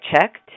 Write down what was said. checked